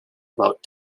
about